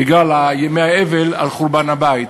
בגלל ימי האבל על חורבן הבית.